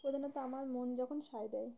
প্রধানত আমার মন যখন সায় দেয়